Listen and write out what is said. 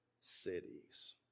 cities